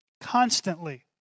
Constantly